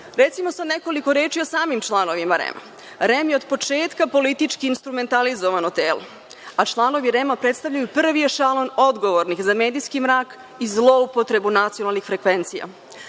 sad nekoliko reči o samim članovima REM-a. REM je od početka politički instrumentalizovano telo, a članovi REM predstavljaju prvi ešalon odgovornih za medijski mrak i zloupotrebu nacionalnih frekvencija.